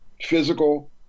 physical